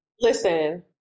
Listen